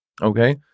okay